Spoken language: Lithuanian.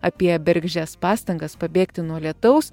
apie bergždžias pastangas pabėgti nuo lietaus